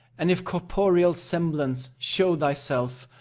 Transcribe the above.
and if corporeal semblance show thyself,